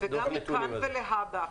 וגם מכאן ולהבא,